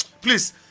Please